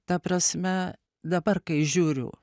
ta prasme dabar kai žiūriu